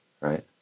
right